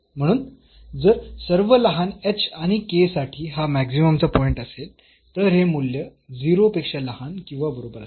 म्हणून जर सर्व लहान आणि साठी हा मॅक्सिममचा पॉईंट असेल तर हे मुल्य 0 पेक्षा लहान किंवा बरोबर असेल